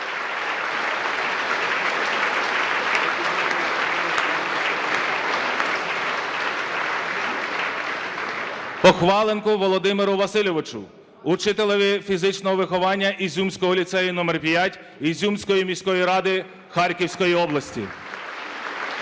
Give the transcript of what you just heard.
Похваленку Володимиру Васильовичу, учителеві фізичного виховання Ізюмського ліцею №5 Ізюмської міської ради Харківської області.